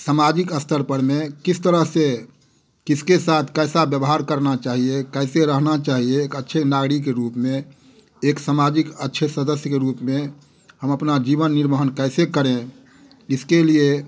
सामाजिक स्तर पर में किस तरह से किसके साथ कैसा व्यवहार करना चाहिए कैसे रहना चाहिए एक अच्छे नागरिक के रूप में एक समाजिक अच्छे सदस्य के रूप में हम अपना जीवन निर्वहन कैसे करें इसके लिए